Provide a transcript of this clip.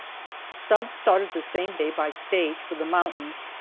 stubbs started the same day by stage for the mountains,